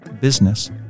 business